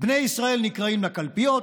בני ישראל נקראים לקלפיות,